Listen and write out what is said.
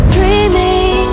Dreaming